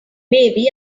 maybe